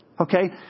Okay